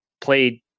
played